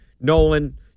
Nolan